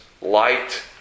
light